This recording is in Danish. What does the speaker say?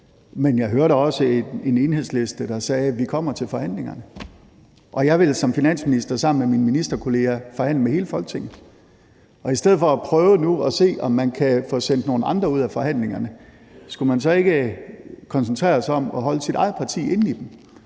Men jeg hørte også en Enhedsliste, der sagde: Vi kommer til forhandlingerne. Jeg vil som finansminister sammen med mine ministerkolleger forhandle med hele Folketinget. I stedet for at prøve at se, om man nu kan få sendt nogle andre ud af forhandlingerne, skulle man så ikke koncentrere sig om at holde sit eget parti inde i dem?